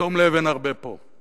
תום לב אין הרבה פה,